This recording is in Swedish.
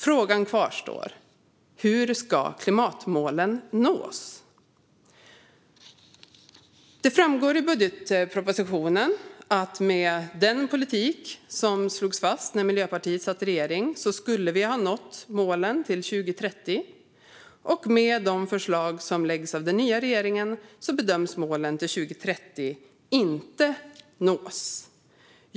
Frågan kvarstår: Hur ska klimatmålen nås? Det framgår i budgetpropositionen att med den politik som slogs fast när Miljöpartiet satt i regering skulle vi ha nått målen till 2030, och med de förslag som läggs fram av den nya regeringen bedöms inte målen till 2030 nås.